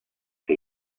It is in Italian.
che